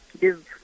give